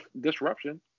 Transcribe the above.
disruption